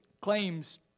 claims